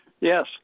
Yes